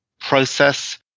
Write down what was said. process